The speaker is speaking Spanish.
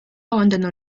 abandonó